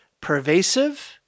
pervasive